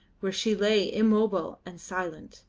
where she lay immobile and silent,